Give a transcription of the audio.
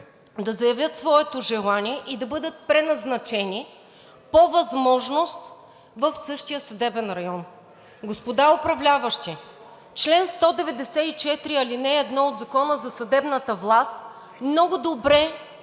да заявят своето желание и да бъдат преназначени по възможност в същия съдебен район. Господа управляващи, чл. 194, ал. 1 от Закона за съдебната власт много добре